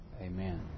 Amen